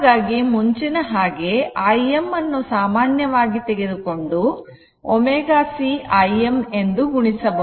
ಹಾಗಾಗಿ ಮುಂಚಿನ ಹಾಗೆ Im ಅನ್ನು ಸಾಮಾನ್ಯವಾಗಿ ತೆಗೆದುಕೊಂಡು ω c Im ಎಂದು ಗುಣಿಸಬಹುದು